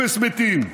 אפס מתים.